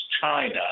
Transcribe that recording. China